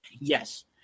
Yes